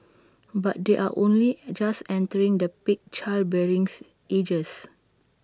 but they are only just entering the peak childbearing ages